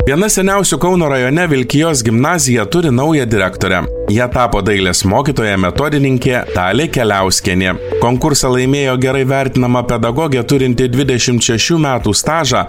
viena seniausių kauno rajone vilkijos gimnazija turi naują direktorę ja tapo dailės mokytoja metodininkė dalia keliauskienė konkursą laimėjo gerai vertinama pedagogė turinti dvidešimt šešių metų stažą